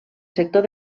sector